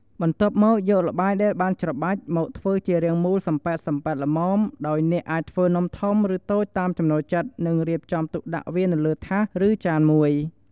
បន្ទាប់មកយកល្បាយដែលបានច្របាច់ មកធ្វើជារាងមូលសំប៉ែតៗល្មម ដោយអ្នកអាចធ្វើនំធំ ឬតូចតាមចំណូលចិត្ត នឹងរៀបចំទុកដាក់នៅលើថាស ឬចានមួយ។